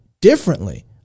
differently